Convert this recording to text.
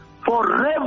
Forever